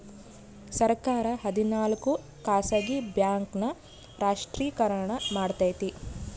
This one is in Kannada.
ಸರ್ಕಾರ ಹದಿನಾಲ್ಕು ಖಾಸಗಿ ಬ್ಯಾಂಕ್ ನ ರಾಷ್ಟ್ರೀಕರಣ ಮಾಡೈತಿ